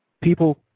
People